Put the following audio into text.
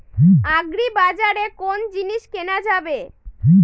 আগ্রিবাজারে কোন জিনিস কেনা যাবে?